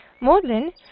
Maudlin